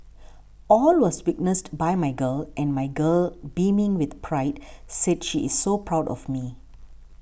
all was witnessed by my girl and my girl beaming with pride said she is so proud of me